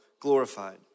glorified